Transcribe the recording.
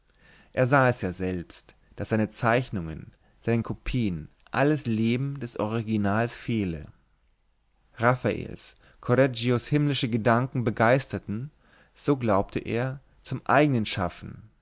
er sah es ja selbst daß seinen zeichnungen seinen kopien alles leben des originals fehle raffaels correggios himmlische gedanken begeisterten so glaubte er zum eignen schaffen